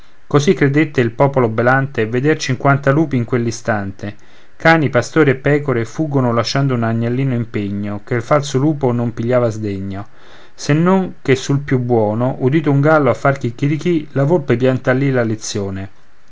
così credette il popolo belante veder cinquanta lupi in quell'istante cani pastori e pecore fuggon lasciando un agnellino in pegno che il falso lupo non pigliava a sdegno se non che sul più buono udito un gallo a far chicchiricchì la volpe pianta lì la lezione